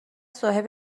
صاحب